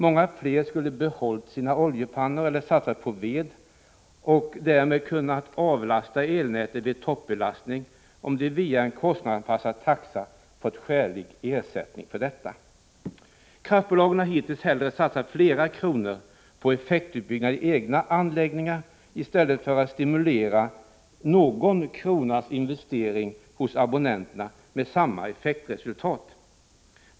Många fler skulle ha behållit sina oljepannor eller satsat på ved och därmed kunnat avlasta elnätet vid toppbelastning, om de genom en kostnadsanpassad taxa fått skälig ersättning för detta. Kraftbolagen har hittills hellre satsat flera kronor på effektutbyggnad i egna anläggningar i stället för att stimulera investeringar på någon krona hos abonnenterna med samma effektresultat.